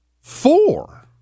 four